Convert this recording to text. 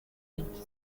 legte